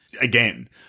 again